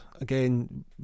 again